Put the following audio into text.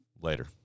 Later